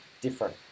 different